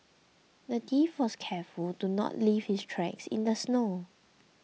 the thief was careful to not leave his tracks in the snow